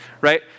right